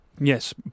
yes